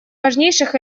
важнейших